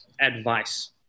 advice